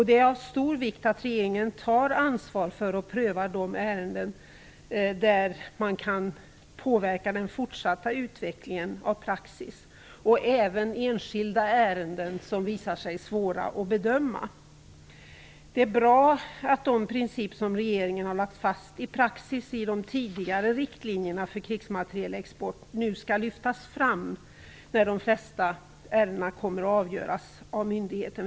Det är av stor vikt att regeringen tar ansvar för och prövar de ärenden, där man kan påverka den fortsatta utvecklingen av praxis. Det gäller även de ärenden som visar sig vara svåra att bedöma. Det är bra att de principer som regeringen har lagt fast i praxis och i de tidigare riktlinjerna för krigsmaterielexport nu skall lyftas fram när de flesta ärendena kommer att avgöras av myndigheten.